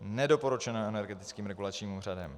Nedoporučeno Energetickým regulačním úřadem.